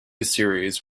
series